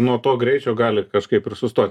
nuo to greičio gali kažkaip ir sustot